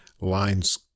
lines